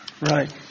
Right